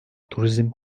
turizm